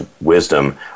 wisdom